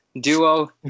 duo